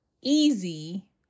easy